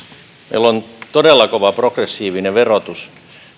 meillä on todella kova progressiivinen verotus